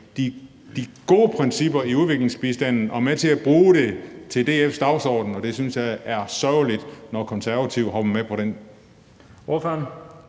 de gode principper i udviklingsbistanden og er med til at bruge det i forhold til DF's dagsorden, og jeg synes, det er sørgeligt, når Konservative hopper med på den.